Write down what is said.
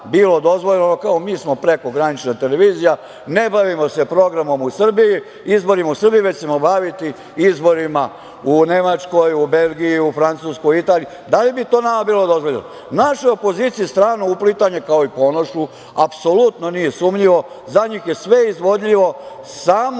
bilo dozvoljeno? Ono, kao, mi smo prekogranična televizija, ne bavimo se izborima u Srbiji, već ćemo se baviti izborima u Nemačkoj, u Belgiji, u Francuskoj, u Italiji. Da li bi to nama bilo dozvoljeno? Našoj opoziciji strano uplitanje, kao i Ponošu, apsolutno nije sumnjivo, za njih je sve izvodljivo samo